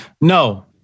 No